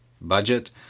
budget